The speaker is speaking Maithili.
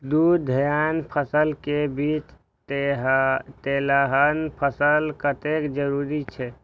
दू धान्य फसल के बीच तेलहन फसल कतेक जरूरी छे?